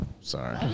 Sorry